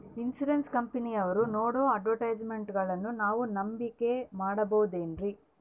Insurance ಕಂಪನಿಯವರು ನೇಡೋ ಅಡ್ವರ್ಟೈಸ್ಮೆಂಟ್ಗಳನ್ನು ನಾವು ನಂಬಿಕೆ ಮಾಡಬಹುದ್ರಿ?